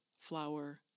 flower